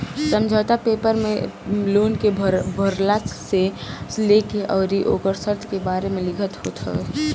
समझौता पेपर में लोन के भरला से लेके अउरी ओकरी शर्त के बारे में लिखल होत हवे